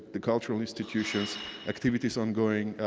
the cultural institutions activities ongoing,